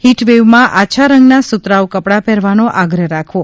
હીટવેવમાં આછા રંગના સુતરાઉ કપડાં પહેરવાનો આગ્રહ રાખવો